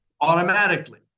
Automatically